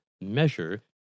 measure